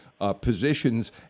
positions